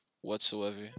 whatsoever